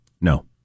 No